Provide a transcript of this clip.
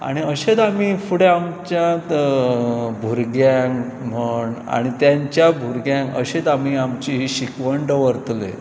आनी अशेच आमी फुडें आमच्यात भुरग्यांक म्हण आनी तेंच्या भुरग्यांक अशेच आमी आमची शिकवण दवरतली